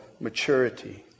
maturity